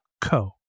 co